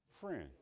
Friend